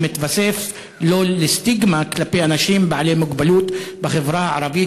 שמתווספים לסטיגמה כלפי אנשים בעלי מוגבלות בחברה הערבית,